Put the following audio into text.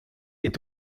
est